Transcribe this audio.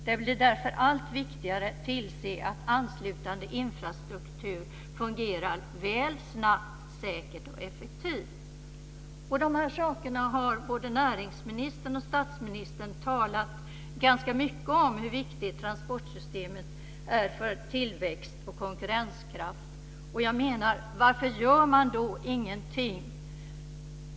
Det blir därför allt viktigare att tillse att anslutande infrastruktur fungerar väl, snabbt, säkert och effektivt. Hur viktigt transportsystemet är för tillväxt och konkurrenskraft har både näringsministern och statsministern talat ganska mycket om. Varför gör man då ingenting?